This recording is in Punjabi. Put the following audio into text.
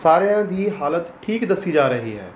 ਸਾਰਿਆਂ ਦੀ ਹਾਲਤ ਠੀਕ ਦੱਸੀ ਜਾ ਰਹੀ ਹੈ